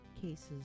cases